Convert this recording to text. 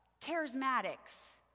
Charismatics